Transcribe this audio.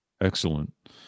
Excellent